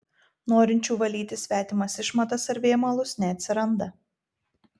norinčių valyti svetimas išmatas ar vėmalus neatsiranda